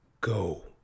go